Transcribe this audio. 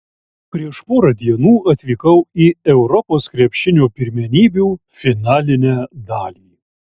prieš porą dienų atvykau į europos krepšinio pirmenybių finalinę dalį